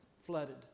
flooded